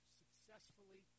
successfully